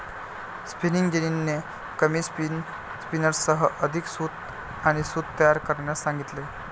spinning जेनीने कमी स्पिनर्ससह अधिक सूत आणि सूत तयार करण्यास सांगितले